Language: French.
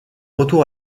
retour